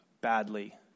badly